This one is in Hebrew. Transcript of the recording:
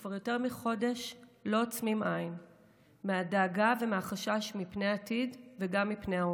שכבר יותר מחודש לא עוצמים עין מדאגה ומחשש מפני העתיד וגם מפני ההווה,